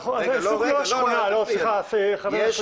לא, סליחה חבר הכנסת